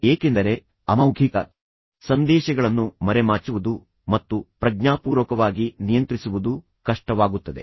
ಏಕೆಂದರೆ ಅಮೌಖಿಕ ಸಂದೇಶಗಳನ್ನು ಮರೆಮಾಚುವುದು ಮತ್ತು ಪ್ರಜ್ಞಾಪೂರ್ವಕವಾಗಿ ನಿಯಂತ್ರಿಸುವುದು ಕಷ್ಟವಾಗುತ್ತದೆ